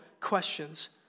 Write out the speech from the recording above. questions